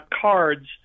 cards